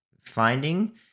finding